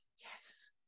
yes